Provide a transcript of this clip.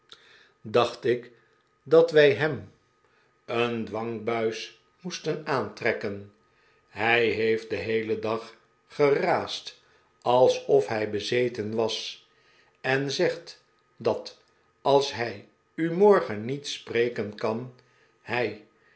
dacht ik dat wij hem een dwangbuis moesten aantrekken hij heeft den heelen dag geraasd alsof hij bezeten was en zegt dat als hij u morgen niet spr'eken kan hij